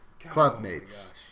clubmates